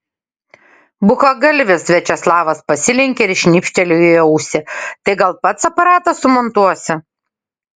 bukagalvis viačeslavas pasilenkė ir šnipštelėjo į ausį tai gal pats aparatą sumontuosi